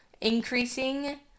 increasing